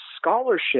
scholarship